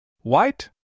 White